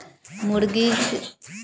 मुर्गीक दरबा लोहाक बनाओल जाइत छै